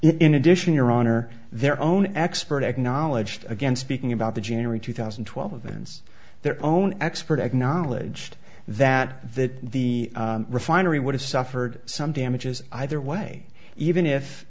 in addition your honor their own expert acknowledged again speaking about the january two thousand and twelve events their own expert acknowledged that that the refinery would have suffered some damages either way even if